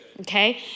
Okay